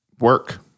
work